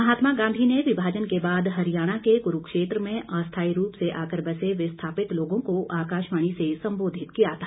महात्मा गांधी ने विभाजन के बाद हरियाणा के कुरूक्षेत्र में अस्थाई रूप से आकर बसे विस्थापित लोगों को आकाशवाणी से संबोधित किया था